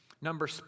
Number